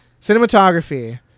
Cinematography